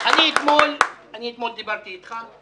אתמול דיברתי אתך,